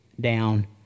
down